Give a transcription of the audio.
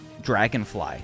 dragonfly